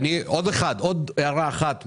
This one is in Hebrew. עוד הערה אחת משם,